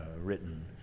written